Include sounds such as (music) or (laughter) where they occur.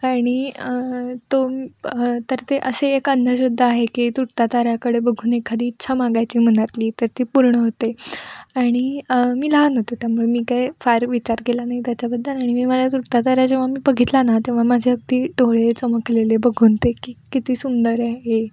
आणि तो तर ते असे एक अंधश्रद्धा आहे की तुटता ताऱ्याकडे बघून एखादी इच्छा मागायची मनातली तर ती पूर्ण होते आणि मी लहान होते त्यामुळे मी काय फार विचार केला नाही त्याच्याबद्दल आणि मी (unintelligible) तुटता तारा जेव्हा मी बघितला ना तेव्हा माझे अगदी डोळे चमकलेले बघून ते की किती सुंदर आहे हे